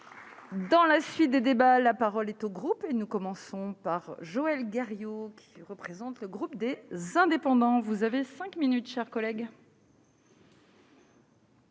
Dans la suite des débats, la parole est au groupe et nous commençons par Joël Guerriau, qui représente le groupe des indépendants, vous avez 5 minutes chers collègues.